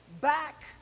back